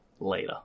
later